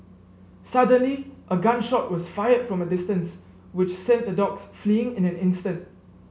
suddenly a gun shot was fired from a distance which sent the dogs fleeing in an instant